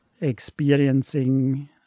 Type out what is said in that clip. experiencing